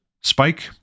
spike